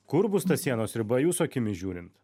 kur bus ta sienos riba jūsų akimis žiūrint